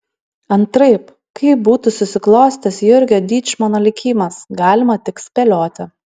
antraip kaip būtų susiklostęs jurgio dyčmono likimas galima tik spėlioti